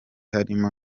harimo